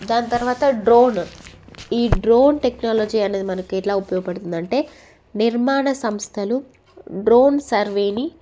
దాని తర్వాత డ్రోన్ ఈ డ్రోన్ టెక్నాలజీ అనేది మనకి ఎలా ఉపయోగపడుతుంది అంటే నిర్మాణ సంస్థలు డ్రోన్ సర్వేని